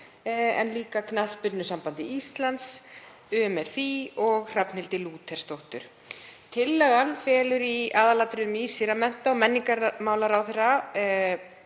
en líka Knattspyrnusambandi Íslands, UMFÍ og Hrafnhildi Lúthersdóttur. Tillagan felur í aðalatriðum í sér að mennta- og menningarmálaráðherra